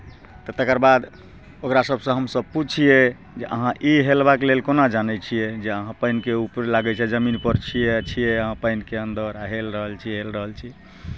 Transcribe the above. तऽ तकर बाद ओकरा सभसँ हमसभ पुछियै जे अहाँ ई हेलबाके लेल कोना जानै छियै जे अहाँ पानिके ऊपर लागै छै जमीनपर छियै आ छियै अहाँ पानिके अन्दर आ हेल रहल छियै हेल रहल छियै